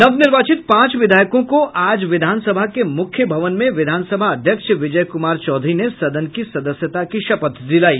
नव निर्वाचित पांच विधायकों को आज विधान सभा के मुख्य भवन में विधानसभा अध्यक्ष विजय कुमार चौधरी ने सदन की सदस्यता की शपथ दिलाई